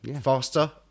Faster